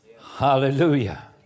Hallelujah